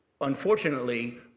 unfortunately